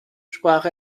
sprach